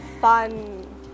fun